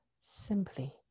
simply